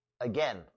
Again